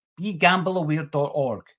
begambleaware.org